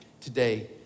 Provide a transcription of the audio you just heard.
today